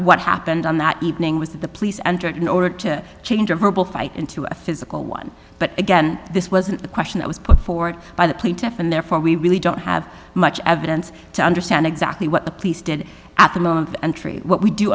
what happened on that evening was that the police entered in order to change a verbal fight into a physical one but again this wasn't the question that was put forward by the plaintiff and therefore we really don't have much evidence to understand exactly what the police did at the moment and treat what we do